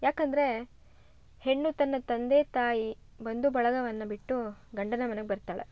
ಯಾಕಂದರೆ ಹೆಣ್ಣು ತನ್ನ ತಂದೆ ತಾಯಿ ಬಂಧು ಬಳಗವನ್ನ ಬಿಟ್ಟು ಗಂಡನ ಮನೆಗೆ ಬರ್ತಾಳೆ